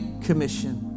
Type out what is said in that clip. commission